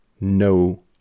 no